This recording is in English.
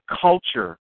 culture